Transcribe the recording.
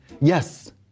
Yes